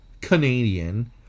Canadian